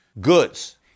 goods